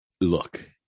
Look